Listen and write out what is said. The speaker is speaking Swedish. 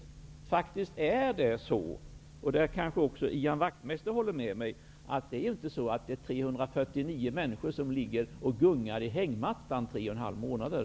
Det är faktiskt inte så -- och här kanske Ian Wachtmeister håller med mig -- att 349 människor ligger och gungar i hängmattan tre och en halv månader.